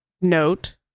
note